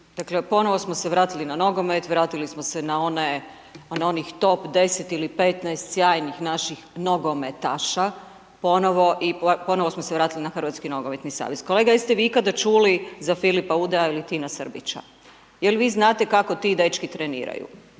dakle ponovo smo se vratili na nogomet, vratili smo se na one, na onih top 10 ili 15 sjajnih naših nogometaša ponovo i ponovo smo se vratili na Hrvatski nogometni savez. Kolega jeste vi ikada čuli za Filipa Udaja ili Tina Srbića, jel vi znate kako ti dečki treniraju,